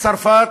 ההיסטורית,